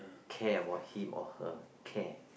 care about him or her care